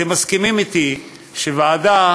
אתם מסכימים אתי שוועדה,